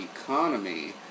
economy